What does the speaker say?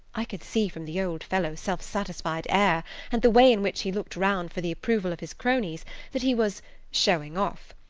i could see from the old fellow's self-satisfied air and the way in which he looked round for the approval of his cronies that he was showing off,